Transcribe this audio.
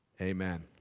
Amen